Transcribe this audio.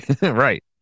Right